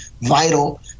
vital